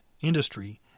industry